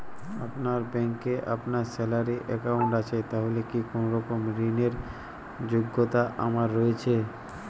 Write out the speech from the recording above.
আপনার ব্যাংকে আমার স্যালারি অ্যাকাউন্ট আছে তাহলে কি কোনরকম ঋণ র যোগ্যতা আমার রয়েছে?